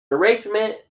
arrangement